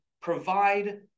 provide